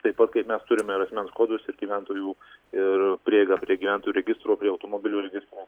taip pat kaip mes turime ir asmens kodus ir gyventojų ir prieigą prie klientų registrų prie automobilių registrų